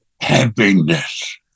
happiness